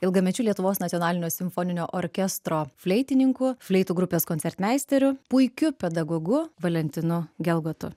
ilgamečiu lietuvos nacionalinio simfoninio orkestro fleitininku fleitų grupės koncertmeisteriu puikiu pedagogu valentinu gelgotu